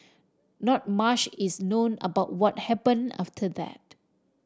not mush is known about what happen after that